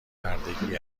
بردگی